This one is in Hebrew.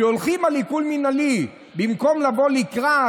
כי הולכים על עיקול מינהלי במקום לבוא לקראת,